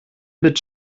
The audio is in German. mit